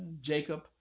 Jacob